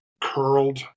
curled